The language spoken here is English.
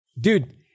Dude